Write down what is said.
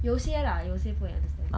有些 lah 有些不会 understand